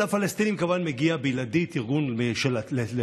אבל לפלסטינים כמובן מגיע בלעדית ארגון משלהם.